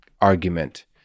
argument